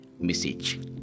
Message